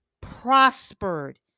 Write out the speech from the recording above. prospered